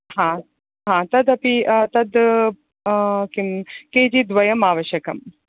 आम् आम् तद् अपि तद् किं केजि द्वयम् आवश्यकम्